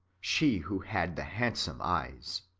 she who had the hand some eyes,